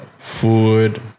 Food